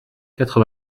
quatre